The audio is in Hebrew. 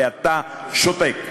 ואתה שותק.